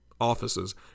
offices